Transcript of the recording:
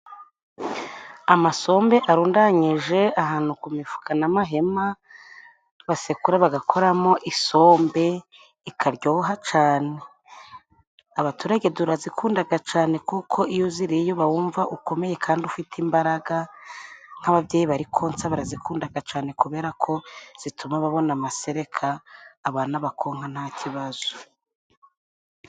Amasombe arundanyije ahantu ku mifuka n'amahema, basekura bagakoramo isombe ikaryoha cane. Abaturage turazikundaga cane kuko iyo uziriye uba wumva ukomeye kandi ufite imbaraga, nk'ababyeyi bari konsa barazikundaga cane kubera ko zituma babona amasereka, abana bakonka nta kibazo.